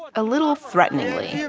ah a little threateningly.